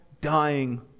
dying